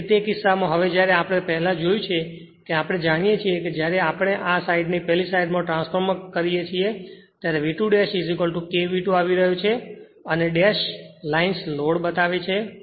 તેથી તે કિસ્સામાં હવે જ્યારે આપણે પહેલા જોયું છે કે આપણે જાણીએ છીએ કે જ્યારે આપણે આ સાઇડ ને પેલી સાઈડ માં ટ્રાન્સફોર્મ કરીએ છીએ ત્યારે તે V2 K V2 આવી રહ્યો છે અને લાઇન્સ લોડ બતાવે છે